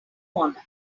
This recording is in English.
honor